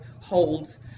holds